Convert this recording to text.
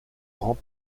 grand